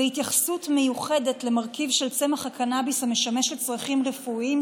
התייחסות מיוחדת למרכיב של צמח הקנביס המשמש לצרכים רפואיים,